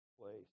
place